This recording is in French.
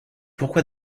pourquoi